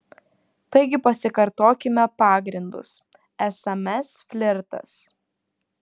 taigi pasikartokime pagrindus sms flirtas